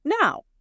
Now